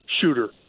shooter